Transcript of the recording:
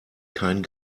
kein